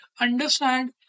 understand